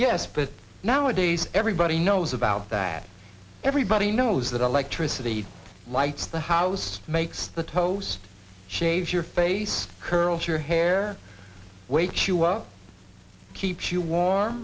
yes but nowadays everybody knows about that everybody knows that electricity lights the house makes the toast shave your face curls your hair wakes you up keeps you war